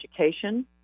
education